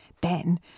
Ben